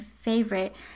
favorite